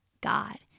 god